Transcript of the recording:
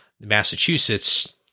Massachusetts